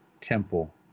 temple